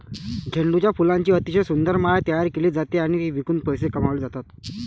झेंडूच्या फुलांची अतिशय सुंदर माळ तयार केली जाते आणि ती विकून पैसे कमावले जातात